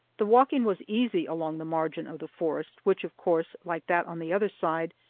the walking was easy along the margin of the forest, which, of course, like that on the other side,